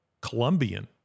Colombian